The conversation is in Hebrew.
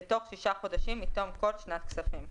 בתוך שישה חודשים מתום כל שנת כספים.